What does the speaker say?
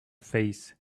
face